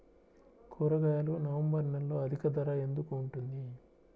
కూరగాయలు నవంబర్ నెలలో అధిక ధర ఎందుకు ఉంటుంది?